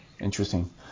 Interesting